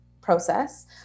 process